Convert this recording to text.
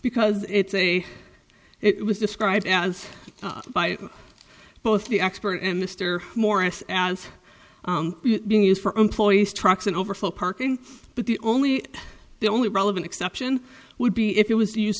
because it's a it was described as by both the expert and mr morris as being used for employees trucks and overflow parking but the only the only relevant exception would be if it was used